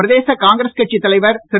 பிரதேச காங்கிரஸ் கட்சித் தலைவர் திரு